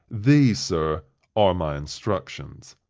these, sir, are my instructions.